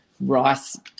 rice